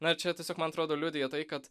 na čia tiesiog man atrodo liudija tai kad